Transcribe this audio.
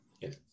Yes